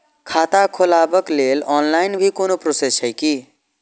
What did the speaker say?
खाता खोलाबक लेल ऑनलाईन भी कोनो प्रोसेस छै की?